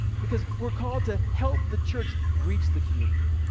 because we're called to help the church reach the community.